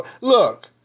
Look